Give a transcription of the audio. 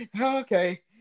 okay